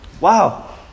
Wow